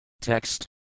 Text